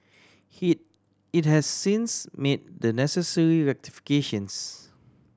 he it has since made the necessary rectifications